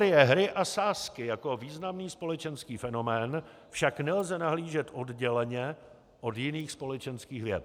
Na loterie, hry a sázky jako významný společenský fenomén však nelze nahlížet odděleně od jiných společenských věd.